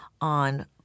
on